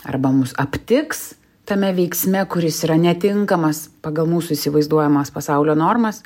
arba mus aptiks tame veiksme kuris yra netinkamas pagal mūsų įsivaizduojamas pasaulio normas